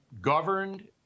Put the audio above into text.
governed